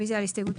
עומדים בלחץ עצום,